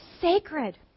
sacred